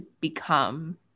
become